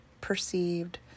perceived